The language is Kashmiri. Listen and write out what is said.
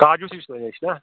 کاجوٗ نہ